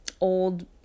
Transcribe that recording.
old